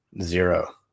zero